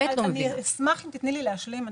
אני אשמח אם תיתני לי להשלים.